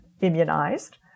immunized